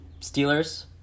Steelers